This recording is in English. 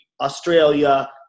Australia